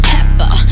Pepper